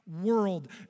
world